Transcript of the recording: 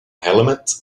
helmet